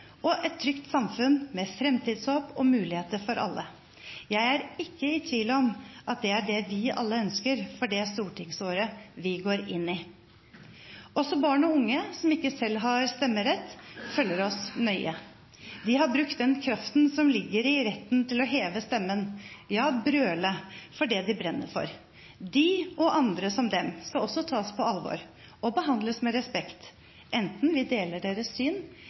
og et trygt samfunn med fremtidshåp og muligheter for alle. Jeg er ikke i tvil om at det er det vi alle ønsker for det stortingsåret vi går inn i. Også barn og unge som ikke selv har stemmerett, følger oss nøye. De har brukt den kraften som ligger i retten til å heve stemmen, ved å brøle for det de brenner for. De og andre som dem skal også tas på alvor og behandles med respekt, enten vi deler deres syn